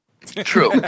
True